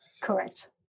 Correct